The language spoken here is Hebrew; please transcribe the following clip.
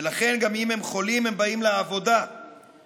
ולכן גם אם הם חולים הם באים לעבודה וסובלים.